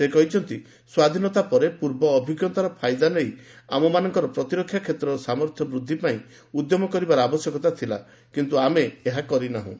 ସେ କହିଛନ୍ତି ସ୍ୱାଧୀନତା ପରେ ପୂର୍ବ ଅଭିଜ୍ଞତାର ଫାଇଦା ନେଇ ଆମମାନଙ୍କର ପ୍ରତିରକ୍ଷା କ୍ଷେତ୍ରର ସାମର୍ଥ୍ୟ ବୃଦ୍ଧି ପାଇଁ ଉଦ୍ୟମ କରିବାର ଆବଶ୍ୟକତା ଥିଲା କିନ୍ତୁ ଆମେ ଏହା କରିନାହୁଁ